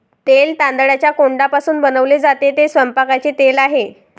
तेल तांदळाच्या कोंडापासून बनवले जाते, ते स्वयंपाकाचे तेल आहे